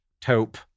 taupe